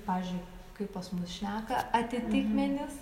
pavyzdžiui kaip pas mus šneka atitikmenys